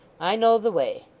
i know the way